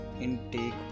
intake